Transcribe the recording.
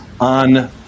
on